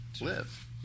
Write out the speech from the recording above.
live